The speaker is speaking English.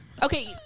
Okay